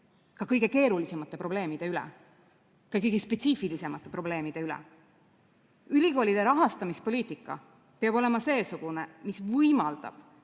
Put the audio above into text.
ka kõige keerulisemate probleemide üle, ka kõigi spetsiifilisemate probleemide üle. Ülikoolide rahastamise poliitika peab olema seesugune, mis võimaldab